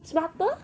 smarter